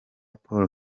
paul